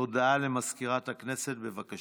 הודעה למזכירת הכנסת, בבקשה.